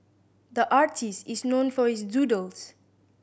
the artist is known for his doodles